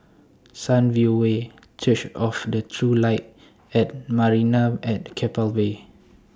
Sunview Way Church of The True Light and Marina At Keppel Bay